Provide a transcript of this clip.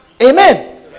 amen